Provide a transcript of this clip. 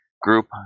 Group